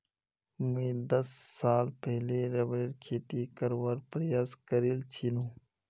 मुई दस साल पहले रबरेर खेती करवार प्रयास करील छिनु